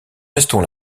restons